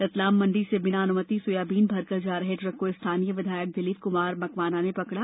रतलाम मंडी से बिना अनुमति सोयाबीन भरकर जा रहे ट्रक को स्थानीय विधायक दिलीप कुमार मकवाना ने पकड़ा